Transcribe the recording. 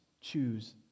choose